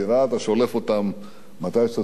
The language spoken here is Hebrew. אתה שולף אותם מתי שאתה צריך,